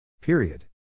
Period